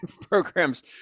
programs